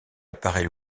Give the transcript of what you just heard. apparaît